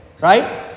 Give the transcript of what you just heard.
right